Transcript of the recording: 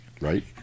Right